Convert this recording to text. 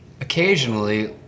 occasionally